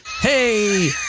hey